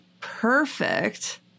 perfect